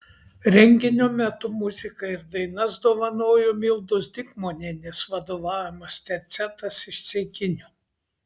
renginio metu muziką ir dainas dovanojo mildos dikmonienės vadovaujamas tercetas iš ceikinių